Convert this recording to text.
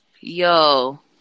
yo